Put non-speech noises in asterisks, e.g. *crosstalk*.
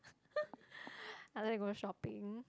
*laughs* I like to go shopping